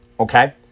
Okay